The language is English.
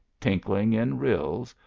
tinkling in rills,